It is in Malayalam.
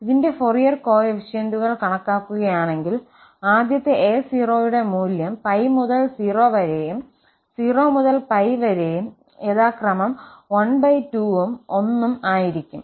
ഇതിന്റെ ഫോറിയെർ കോഎഫിഷ്യന്റുകൾ കണക്കാക്കുകയാണെങ്കിൽ ആദ്യത്തെ 𝑎0 യുടെ മൂല്യം 𝜋 മുതൽ 0 വരെയും 0 മുതൽ 𝜋 വരെയും യഥാക്രമം 12 ഉം 1 ഉം ആയിരിക്കും